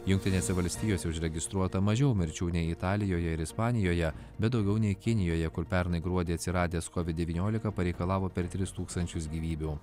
jungtinėse valstijose užregistruota mažiau mirčių nei italijoje ir ispanijoje bet daugiau nei kinijoje kur pernai gruodį atsiradęs covid devyniolika pareikalavo per tris tūkstančius gyvybių